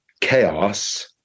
chaos